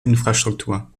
infrastruktur